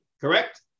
Correct